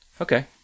Okay